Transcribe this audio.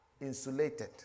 insulated